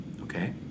okay